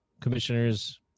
commissioners